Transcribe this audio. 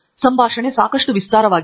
ಸಂಭಾಷಣೆ ಸಾಕಷ್ಟು ವಿಸ್ತಾರವಾಗಿದೆ